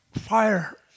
fire